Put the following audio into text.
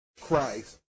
Christ